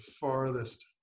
farthest